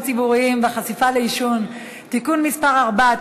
ציבוריים והחשיפה לעישון (תיקון מס' 4),